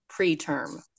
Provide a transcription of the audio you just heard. preterm